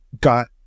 got